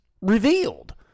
revealed